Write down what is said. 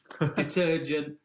detergent